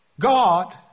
God